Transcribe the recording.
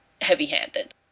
heavy-handed